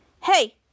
Hey